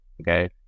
okay